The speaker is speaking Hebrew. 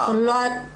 כמובן.